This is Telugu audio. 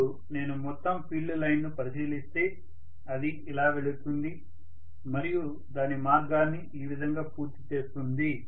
ఇప్పుడు నేను మొత్తం ఫీల్డ్ లైన్ను పరిశీలిస్తే అది ఇలా వెళుతుంది మరియు దాని మార్గాన్ని ఈ విధంగా పూర్తి చేస్తుంది